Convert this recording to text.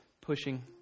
pushing